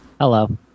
Hello